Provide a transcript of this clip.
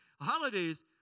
holidays